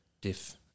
diff